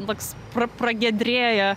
nu toks pra pragiedrėja